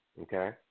okay